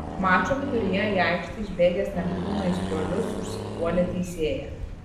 mačo viduryje į aikštę išbėgęs neptūno aistruolius užsipuolė teisėją